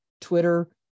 Twitter